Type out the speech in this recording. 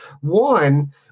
One